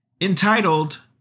entitled